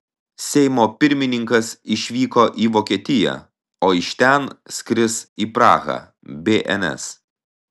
seimo pirmininkas išvyko į vokietiją o iš ten skris į prahą bns